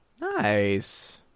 Nice